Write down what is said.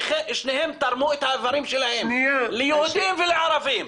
תרמו את האיברים שלהם ליהודים ולערבים.